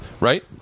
right